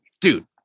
Dude